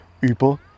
über